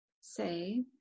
say